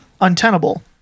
untenable